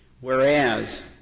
Whereas